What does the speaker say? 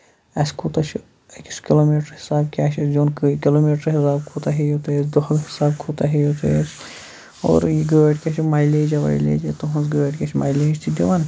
اَسہِ کوٗتاہ چھُ أکِس کِلومیٖٹرَس حساب کیاہ چھُ دیُن کِلوٗمیٖٹر حِسابہٕ کوٗتاہ ہیٚیِو تُہۍ دۄہَس حِسابہٕ کوٗتاہ ہیٚیو تُہۍ اور یہِ گٲڑی کیاہ چھِ میلیجا وَیلیجا تُہنز گٲڑی کیاہ چھِ میلیج تہِ دِوان